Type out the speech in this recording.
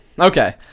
Okay